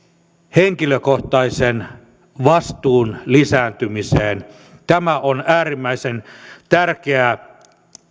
henkilökohtaisen vastuun lisääntymiseen tämä on äärimmäisen tärkeää